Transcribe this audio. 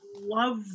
love